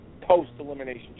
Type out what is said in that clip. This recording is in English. post-elimination